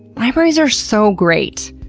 libraries are so great.